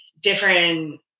different